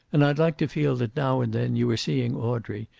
and i'd like to feel that now and then you are seeing audrey,